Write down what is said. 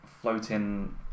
Floating